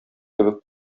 кебек